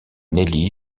nelly